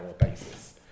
basis